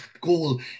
goal